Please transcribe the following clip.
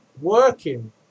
working